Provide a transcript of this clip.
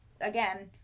again